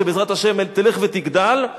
שבעזרת השם תלך ותגדל,